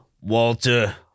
Walter